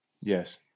Yes